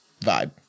Vibe